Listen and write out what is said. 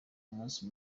umunsi